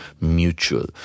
mutual